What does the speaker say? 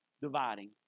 dividing